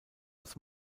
als